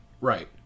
Right